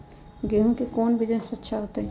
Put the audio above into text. गेंहू के कौन बिजनेस अच्छा होतई?